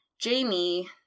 Jamie